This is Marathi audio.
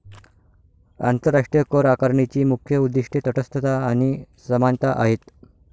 आंतरराष्ट्रीय करआकारणीची मुख्य उद्दीष्टे तटस्थता आणि समानता आहेत